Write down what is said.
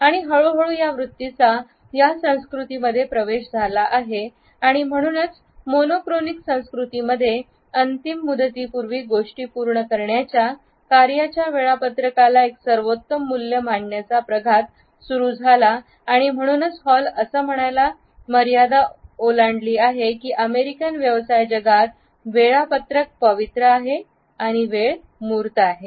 आणि हळूहळू या वृत्तींचा या संस्कृतींमध्ये प्रवेश झाला आहे आणि म्हणूनच मोनोक्रॉनिक संस्कृती मध्ये अंतिम मुदती पूर्वी गोष्टी पूर्ण करण्याच्या कार्यांच्या वेळापत्रकांला एक सर्वोतम मूल्य मानण्याचा प्रघात सुरू झाला आणि म्हणूनच हॉल असं म्हणायला मर्यादा ओलांडली आहे की अमेरिकन व्यवसाय जगात वेळापत्रक पवित्र आहे आणि वेळ मूर्त आहे